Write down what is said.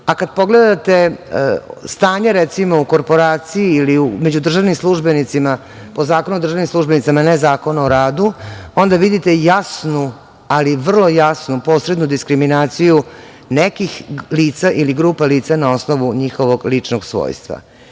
a kad pogledate, recimo, stanje u korporaciji ili među državnim službenicima, po Zakonu o državnim službenicima, ne Zakonu o radu, onda vidite jasnu, ali vrlo jasnu posrednu diskriminaciju nekih lica ili grupa lica na osnovu njihovog ličnog svojstva. Kada